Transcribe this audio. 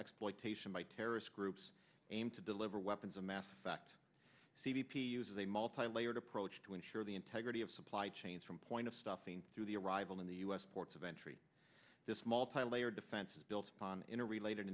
exploitation by terrorist groups aim to deliver weapons of mass effect c b p uses a multilayered approach to ensure the integrity of supply chains from point of stuffing through the arrival in the u s ports of entry this multi layered defense is built upon in a related